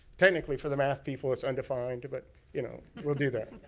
technically, for the math people, it's undefined. but you know we'll do that.